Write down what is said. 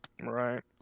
Right